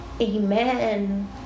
Amen